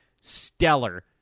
stellar